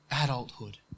adulthood